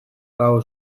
kao